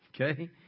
okay